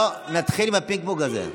לא נתחיל עם הפינג-פונג הזה.